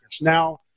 Now